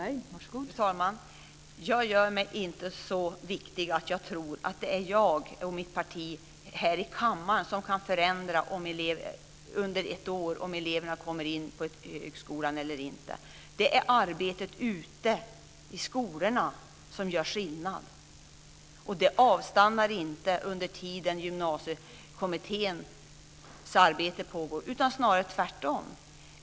Fru talman! Jag gör mig inte så viktig att jag tror att jag och mitt parti här i kammaren kan genomföra förändringar under ett år så att elever kan komma in på högskolan. Det är arbetet i skolorna som gör skillnaden. Det arbetet avstannar inte under tiden Gymnasiekommitténs arbete pågår. Det är snarare tvärtom.